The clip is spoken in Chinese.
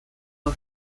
合作